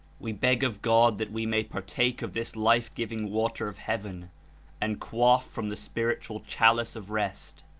we beg of god that we may partake of this life-giving water of heaven and quaff from the spiritual chalice of rest,